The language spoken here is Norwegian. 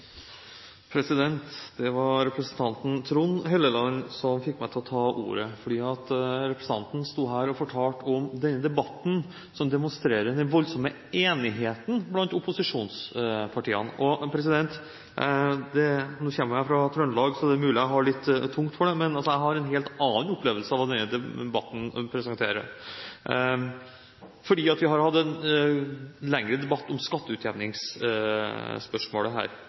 her og fortalte om denne debatten som demonstrerer denne voldsomme enigheten blant opposisjonspartiene. Nå kommer jeg fra Trøndelag, så det er mulig jeg har litt tungt for det, men jeg har en helt annen opplevelse av hva denne debatten presenterer. Vi har hatt en lengre debatt om skatteutjevningsspørsmålet. Her